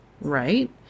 right